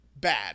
Bad